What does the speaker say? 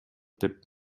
деп